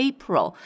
April